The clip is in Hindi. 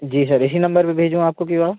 जी सर इसी नम्बर पर भेजूँ आपको क्यू आर